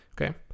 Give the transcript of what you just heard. Okay